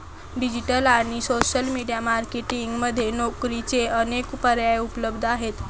digital आणि social media marketing मध्ये नोकरीचे अनेक पर्याय उपलब्ध आहेत